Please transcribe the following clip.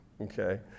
Okay